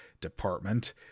Department